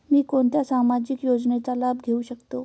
मी कोणत्या सामाजिक योजनेचा लाभ घेऊ शकते?